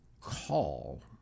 Call